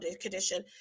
condition